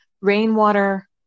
rainwater